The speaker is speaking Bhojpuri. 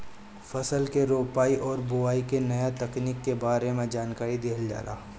फसल के रोपाई और बोआई के नया तकनीकी के बारे में जानकारी देहल जाला